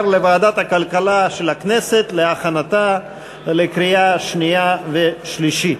לוועדת הכלכלה של הכנסת להכנתה לקריאה שנייה ושלישית.